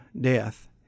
death